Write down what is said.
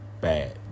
bad